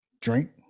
drink